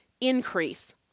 increase